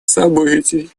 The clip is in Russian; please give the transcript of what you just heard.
событий